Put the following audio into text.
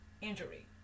injury